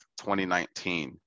2019